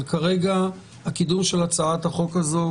אבל כרגע הקידום של הצעת החוק הזאת הוא